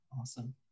Awesome